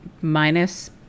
minus